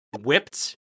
whipped